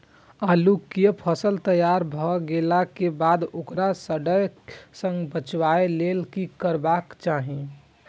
आलू केय फसल तैयार भ गेला के बाद ओकरा सड़य सं बचावय लेल की करबाक चाहि?